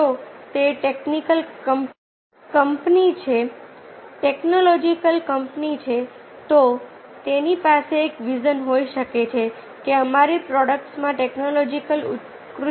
જો તે ટેકનિકલ કંપની છે ટેક્નોલોજીકલ કંપની છે તો તેની પાસે એક વિઝન હોઈ શકે છે કે અમારી પ્રોડક્ટ્સમાં ટેક્નોલોજીકલ ઉત્કૃષ્ટતા જે એક વિઝન હોઈ શકે છે